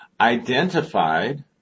identified